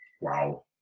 Wow